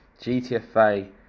GTFA